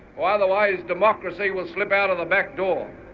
or otherwise democracy will slip out of the back door.